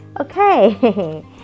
Okay